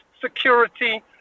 security